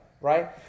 Right